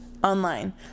Online